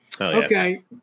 Okay